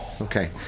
Okay